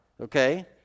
okay